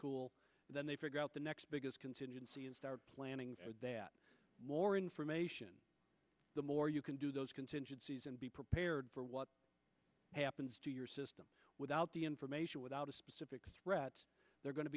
and then they figure out the next biggest contingency and start planning that more information the more you can do those contingencies and be prepared for what happens to your system without the information without a specific threat they're going to